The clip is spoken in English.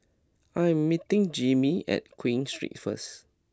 I am meeting Jimmie at Queen Street first